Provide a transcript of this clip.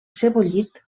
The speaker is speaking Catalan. sebollit